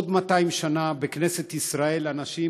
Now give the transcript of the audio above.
בעוד 200 שנה בכנסת ישראל אנשים,